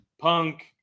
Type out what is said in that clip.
Punk